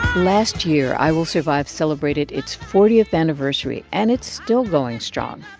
last year, i will survive celebrated its fortieth anniversary. and it's still going strong.